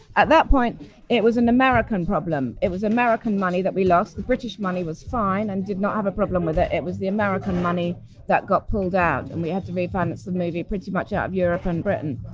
at that point it was an american problem. it was american money that we lost the british money was fine and did not have a problem with it. it was the american money that got pulled out and we had to refinance the movie pretty much of europe and britain.